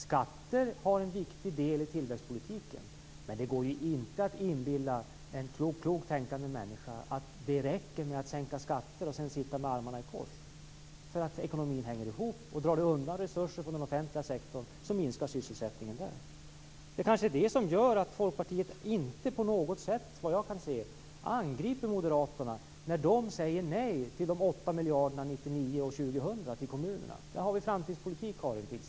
Skatter har en viktig del i tillväxtpolitiken, men det går inte att inbilla en klok, tänkande människa att det räcker med att sänka skatter och att man sedan kan sitta med armarna i kors. Ekonomin hänger ihop, och drar du undan resurser från den offentliga sektorn, minskar sysselsättningen där. Det kanske är det som gör att Folkpartiet inte på något sätt angriper Moderaterna när de säger nej till de 8 miljarderna till kommunerna år 1999 och 2000. Där har vi framtidspolitik, Karin Pilsäter.